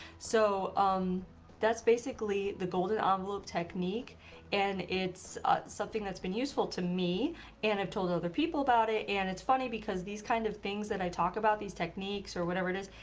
so um that's basically the golden envelope technique and it's something that's been useful to me and i've told other people about it and it's funny because these kind of things that i talk about, these techniques or whatever it is,